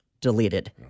deleted